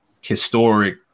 historic